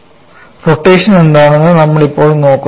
rotation എന്താണെന്ന് ഇപ്പോൾ നമ്മൾ നോക്കുന്നു